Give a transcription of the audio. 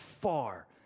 far